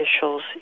officials